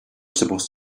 supposed